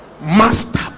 Master